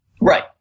Right